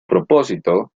propósito